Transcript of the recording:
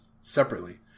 separately